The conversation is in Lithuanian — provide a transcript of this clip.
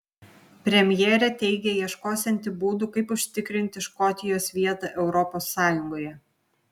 premjerė teigia ieškosianti būdų kaip užtikrinti škotijos vietą europos sąjungoje